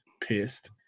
pissed